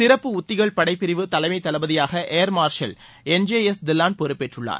சிறப்பு உத்திகள் படைப் பிரிவு தலைமை தளபதியாக air marshal N J S Dhillon பொறுப்பேற்றுள்ளார்